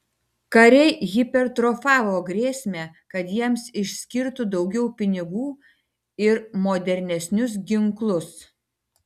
kariai hipertrofavo grėsmę kad jiems išskirtų daugiau pinigų ir modernesnius ginklus